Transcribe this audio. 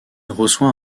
reçoit